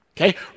Okay